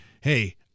hey